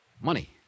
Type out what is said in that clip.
Money